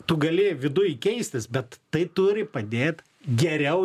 tu gali viduj keistis bet tai turi padėt geriau